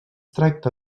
tracta